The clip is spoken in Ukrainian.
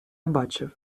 бачив